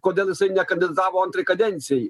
kodėl jisai nekandidatavo antrai kadencijai